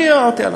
אני ערערתי.